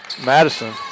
Madison